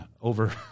over